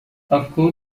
افکار